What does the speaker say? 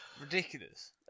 Ridiculous